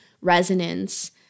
resonance